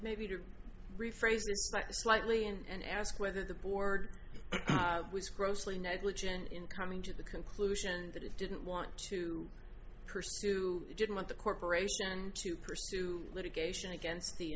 maybe to rephrase that slightly and ask whether the board was grossly negligent in coming to the conclusion that it didn't want to pursue it didn't want the corporation to pursue litigation against the